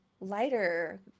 lighter